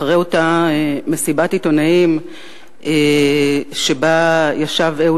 אחרי אותה מסיבת עיתונאים שבה ישב אהוד